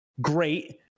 great